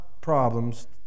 Problems